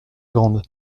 grande